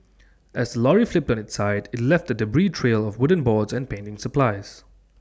as lorry flipped on its side IT left A debris trail of wooden boards and painting supplies